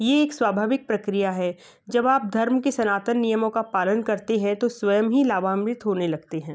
यह एक स्वाभाविक प्रक्रिया है जब आप धर्म के सनातन नियमों का पालन करते हैं तो स्वयं ही लाभान्वित होने लगते हैं